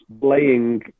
playing